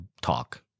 Talk